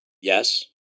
Yes